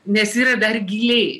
nes yra dar giliai